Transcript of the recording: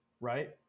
Right